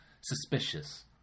suspicious